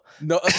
No